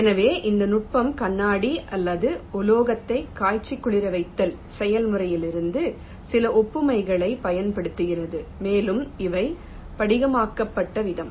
எனவே இந்த நுட்பம் கண்ணாடி அல்லது உலோகத்தை காய்ச்சிக்குளிரவைத்தல் செயல்முறையிலிருந்து சில ஒப்புமைகளைப் பயன்படுத்துகிறது மேலும் அவை படிகமாக்கப்பட்ட விதம்